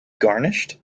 garnished